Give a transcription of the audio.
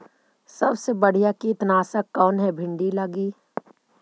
सबसे बढ़िया कित्नासक कौन है भिन्डी लगी?